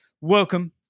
Welcome